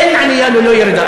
אין עלייה ללא ירידה,